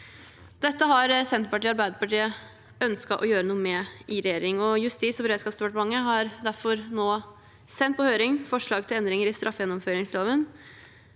Dette har Senterpartiet og Arbeiderpartiet ønsket å gjøre noe med i regjering, og Justis- og beredskapsdepartementet har derfor nå sendt på høring forslag til endringer i straffegjennomføringsloven